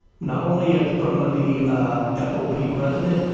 not only as from the fop president,